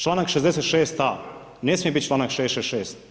Članak 66. a ne smije biti članak 66.